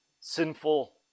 sinful